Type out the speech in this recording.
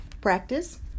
practice